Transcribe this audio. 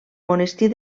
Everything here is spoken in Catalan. monestir